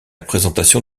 présentation